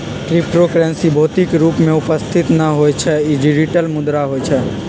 crypto currency भौतिक रूप में उपस्थित न होइ छइ इ डिजिटल मुद्रा होइ छइ